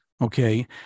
Okay